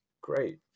Great